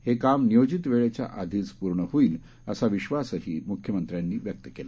हे काम नियोजित वेळेच्या आधीच पूर्ण होईल असा विश्वास मुख्यमंत्र्यांनी व्यक्त केला